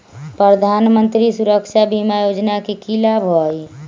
प्रधानमंत्री सुरक्षा बीमा योजना के की लाभ हई?